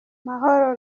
mahoro